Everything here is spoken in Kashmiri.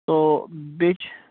سو بیٚیہِ چھِ